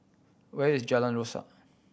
where is Jalan Rasok